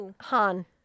Han